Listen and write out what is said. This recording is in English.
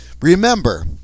Remember